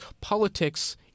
politics